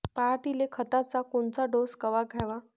पऱ्हाटीले खताचा कोनचा डोस कवा द्याव?